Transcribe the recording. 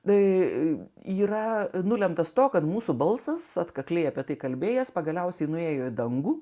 tai yra nulemtas to kad mūsų balsus atkakliai apie tai kalbėjęs pagaliausiai nuėjo į dangų